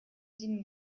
den